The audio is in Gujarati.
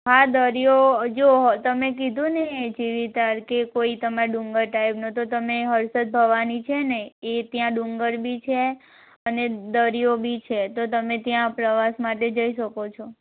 હા દરિયો જોવો તમે કીધું ને કે જેવી તર કે કોઈ તમારે ડુંગર ટાઈપનો તો તમે હર્ષદભવાની છે ને એ ત્યાં ડુંગર બી છે અને દરિયો બી છે તો તમે ત્યાં પ્રવાસ માટે જઈ શકો છો